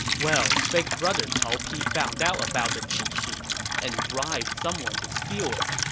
well, big brother cao pi found out about the cheat sheet and bribed someone to steal it.